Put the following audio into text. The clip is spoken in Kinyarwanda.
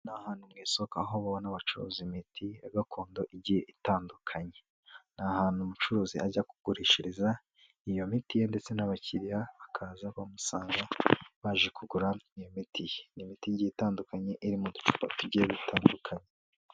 Ni ahantu mu isoko aho ubona bacuruza imiti gakondo igiye itandukanye, ni ahantu umucuruzi ajya kugurishiriza iyo miti ye ndetse n'abakiriya bakaza bamusanga baje kugura iyo miti ye, ni imiti igiye itandukanye iri mu ducupa tugiye dutandukanye.